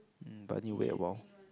um but need to wait a while